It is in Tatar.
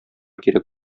кирәк